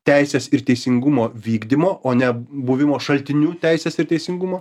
teisės ir teisingumo vykdymo o ne buvimo šaltiniu teisės ir teisingumo